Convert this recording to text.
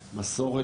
אני חושב שהמשרד